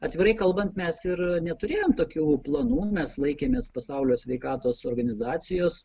atvirai kalbant mes ir neturėjom tokių planų nes laikėmės pasaulio sveikatos organizacijos